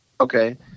Okay